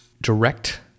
direct